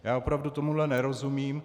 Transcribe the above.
Já opravdu tomuhle nerozumím.